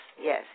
yes